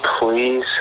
please